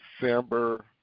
December